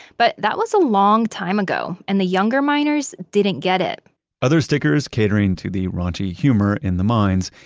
but that was a long time ago. and the younger miners didn't get it other stickers, catering to the raunchy humor in the mines,